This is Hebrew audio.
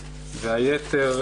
והיתר,